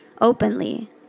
openly